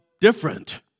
different